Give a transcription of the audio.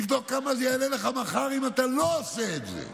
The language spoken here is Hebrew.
תבדוק כמה זה יעלה לך מחר אם אתה לא עושה את זה.